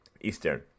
Eastern